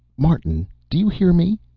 martin, do you hear me?